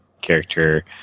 character